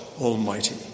Almighty